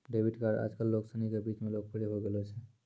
debit card आजकल लोग सनी के बीच लोकप्रिय होए गेलो छै